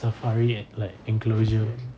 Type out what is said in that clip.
safari at like enclosure